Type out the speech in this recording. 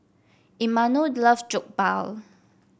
Imanol loves Jokbal